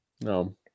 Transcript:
No